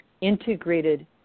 Integrated